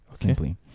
Simply